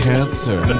Cancer